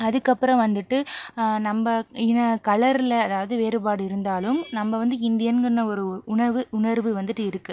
அதுக்கப்புறம் வந்துட்டு நம்ப இன கலரில் அதாவது வேறுபாடு இருந்தாலும் நம்ப வந்து இந்தியன்ங்குன ஒரு உணவு உணர்வு வந்துட்டு இருக்குது